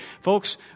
Folks